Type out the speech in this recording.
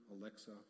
Alexa